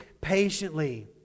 patiently